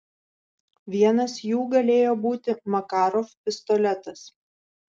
vienas jų galėjo būti makarov pistoletas